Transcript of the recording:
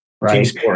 right